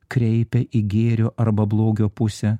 kreipia į gėrio arba blogio pusę